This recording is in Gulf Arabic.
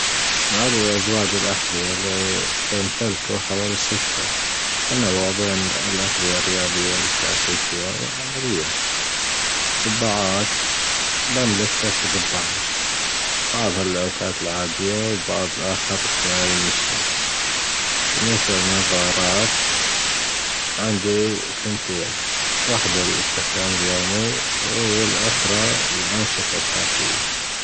عدد أزواج الأحذية اللي بمتلكه حوالي ستة تنوع بين الأحذية الرياضية والكلاسيكية والعملية قبعات بملك ثلاثة قبعات بعض القبعات العادية والبعض الأخر للحماية من الشمس بالنسبة للنظارات عندي تنتين واحدة للأستخدام اليومي والأخرى للأنشطة الخارجية,